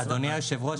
אדוני היושב-ראש,